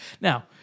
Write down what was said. Now